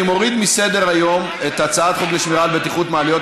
אני מוריד מסדר-היום את הצעת חוק לשמירה על בטיחות מעליות,